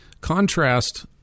contrast